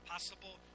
possible